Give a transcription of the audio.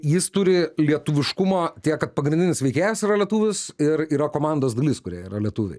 jis turi lietuviškumo tiek kad pagrindinis veikėjas yra lietuvis ir yra komandos dalis kurie yra lietuviai